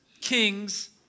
Kings